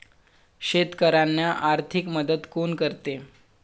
शेतकऱ्यांना आर्थिक मदत कोण करते?